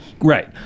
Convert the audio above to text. Right